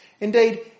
Indeed